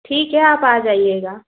ठीक है आप आ जाइएगा